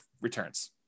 returns